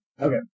Okay